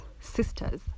sisters